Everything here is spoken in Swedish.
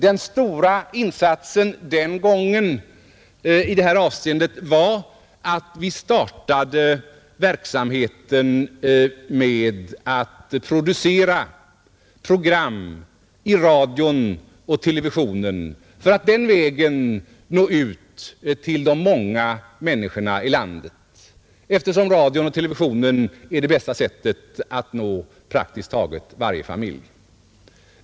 Den största insatsen den gången i det här avseendet var att vi startade verksamheten med att producera program i radion och televisionen för att den vägen nå ut till de många människorna i landet. Radion och televisionen är ju det bästa sättet att nå praktiskt taget varje familj.